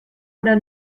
oder